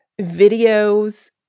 videos